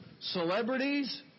celebrities